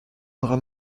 drap